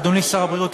אדוני שר הבריאות,